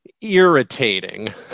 Irritating